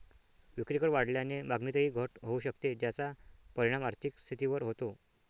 विक्रीकर वाढल्याने मागणीतही घट होऊ शकते, ज्याचा परिणाम आर्थिक स्थितीवर होतो